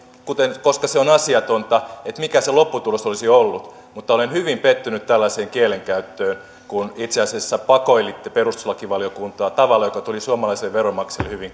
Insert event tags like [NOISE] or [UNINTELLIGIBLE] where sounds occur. koska se on asiatonta että mikä se lopputulos olisi ollut mutta olen hyvin pettynyt tällaiseen kielenkäyttöön kun itse asiassa pakoilitte perustuslakivaliokuntaa tavalla joka tuli suomalaisille veronmaksajille hyvin [UNINTELLIGIBLE]